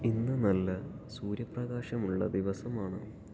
ഇന്ന് നല്ല സൂര്യപ്രകാശമുള്ള ദിവസമാണ്